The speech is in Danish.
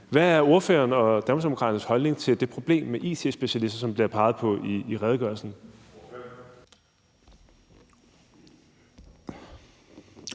Hvad er ordførerens og Danmarksdemokraternes holdning til det problem med it-specialister, som der bliver peget på i redegørelsen?